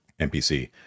NPC